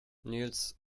nils